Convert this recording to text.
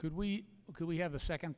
could we could we have a second